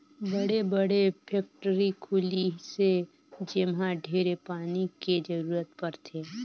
बड़े बड़े फेकटरी खुली से जेम्हा ढेरे पानी के जरूरत परथे